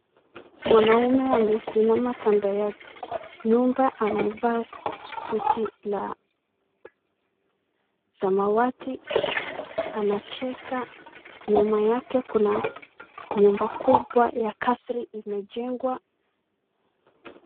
Mwanaume amesimama kando ya nyumba amevaa suti la samawati, anacheka, nyuma yake kuna nyumba kubwa ya kasri imechengwa.